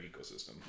ecosystem